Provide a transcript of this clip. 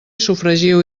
sofregiu